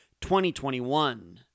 2021